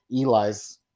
Eli's